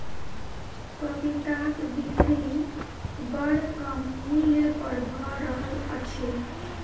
पपीताक बिक्री बड़ कम मूल्य पर भ रहल अछि